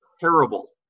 terrible